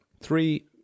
three